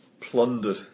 plundered